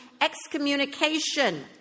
excommunication